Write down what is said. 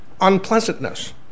unpleasantness